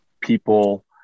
people